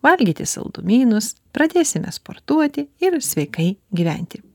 valgyti saldumynus pradėsime sportuoti ir sveikai gyventi